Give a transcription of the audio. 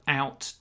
out